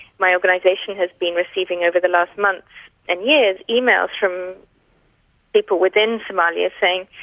my organisation has been receiving over the last months and years emails from people within somalia saying,